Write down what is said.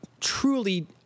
truly –